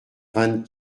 vingt